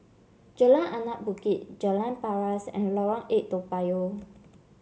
Jalan Anak Bukit Jalan Paras and Lorong Eight Toa Payoh